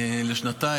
לשנתיים.